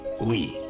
Oui